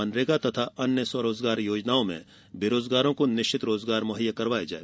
मनरेगा और अन्य स्व रोजगार योजनाओं में बेरोजगारों को निश्चित रोजगार मुहैया करायें